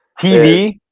TV